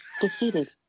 Defeated